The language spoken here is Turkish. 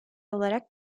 olarak